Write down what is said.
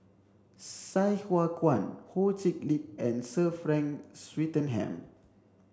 Sai Hua Kuan Ho Chee Lick and Sir Frank Swettenham